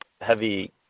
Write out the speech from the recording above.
heavy